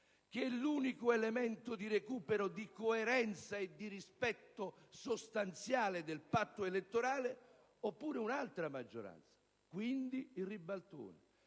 che è l'unico elemento di recupero di coerenza e di rispetto sostanziale del patto elettorale, oppure un'altra maggioranza, quindi il ribaltone,